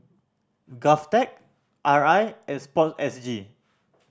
GovTech R I and Sport S G